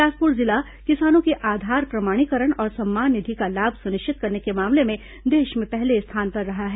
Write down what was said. बिलासपुर जिला किसानों के आधार प्रमाणीकरण और सम्मान निधि का लाभ सुनिश्चित करने के मामले में देश में पहले स्थान पर रहा है